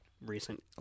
recent